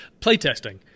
playtesting